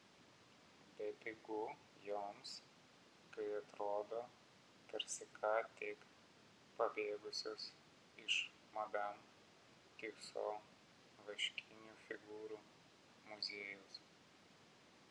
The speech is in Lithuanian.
bepigu joms kai atrodo tarsi ką tik pabėgusios iš madam tiuso vaškinių figūrų muziejaus